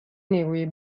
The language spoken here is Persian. نیروی